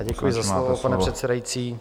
Děkuji za slovo, pane předsedající.